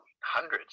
hundreds